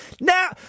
Now